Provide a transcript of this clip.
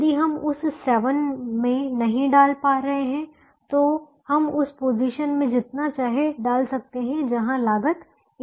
यदि हम उस 7 में नहीं डाल पा रहे हैं तो हम उस पोजीशन में जितना चाहे डाल सकते हैं जहां लागत 8 है